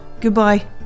Goodbye